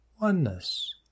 Oneness